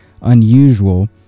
unusual